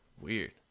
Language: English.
Weird